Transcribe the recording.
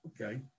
okay